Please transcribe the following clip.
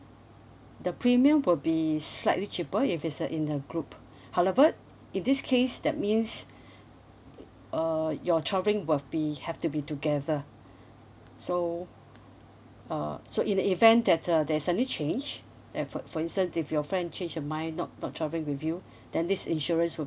the premium will be slightly cheaper if it's a in a group however in this case that means uh your travelling will be have to be together so uh so in the event that uh they suddenly change and for for instance if your friend change her mind not not travelling with you then this insurance will